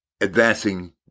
advancing